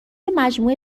مجموعه